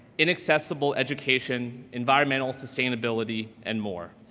inaccessible education, environmental sustainability, and more.